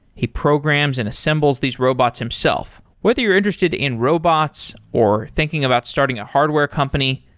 he programs and assembles these robots himself. whether you're interested in robots or thinking about starting a hardware company,